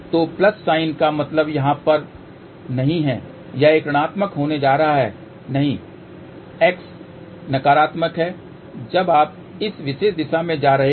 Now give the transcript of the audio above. तो plus sign का मतलब यहाँ पर नहीं है कि यह सकारात्मक होने जा रहा है नहीं x नकारात्मक है जब आप इस विशेष दिशा से जा रहे हैं